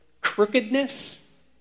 crookedness